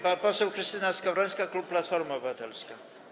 Pani poseł Krystyna Skowrońska, klub Platforma Obywatelska.